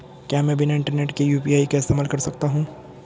क्या मैं बिना इंटरनेट के यू.पी.आई का इस्तेमाल कर सकता हूं?